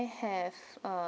can I have uh